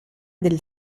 del